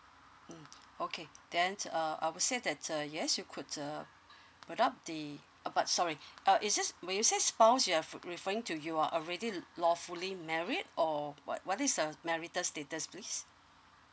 mm okay then uh I would say that's a yes you could uh put up the uh but sorry uh is just when you say spouse you you're referring to you are already law lawfully married or what what is the uh marital status please